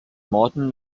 martin